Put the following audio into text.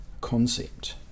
concept